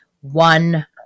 one